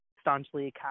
staunchly